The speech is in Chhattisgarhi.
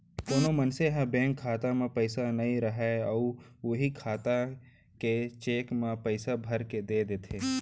कोनो मनसे ह बेंक खाता म पइसा नइ राहय अउ उहीं खाता के चेक म पइसा भरके दे देथे